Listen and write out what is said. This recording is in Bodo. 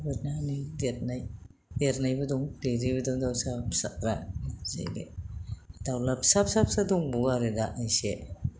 बेबायदिनो देरनाय देरनायबो दं देरैबो दं दाउसा फिसाफोरा जेरै दाउला फिसा फिसा फिसा दंबावो आरो दा एसे